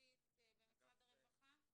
ותשתית במשרד הרווחה?